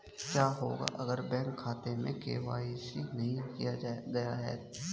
क्या होगा अगर बैंक खाते में के.वाई.सी नहीं किया गया है?